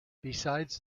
besides